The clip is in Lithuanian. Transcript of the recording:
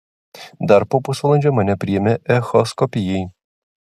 dar po pusvalandžio mane priėmė echoskopijai